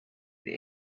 the